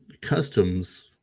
customs